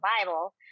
Bible